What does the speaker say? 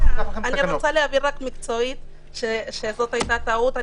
אני רוצה להבהיר מקצועית שזו הייתה טעות.